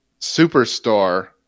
superstar